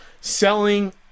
selling